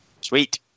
Sweet